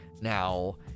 Now